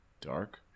dark